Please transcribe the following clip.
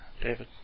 David